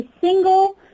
single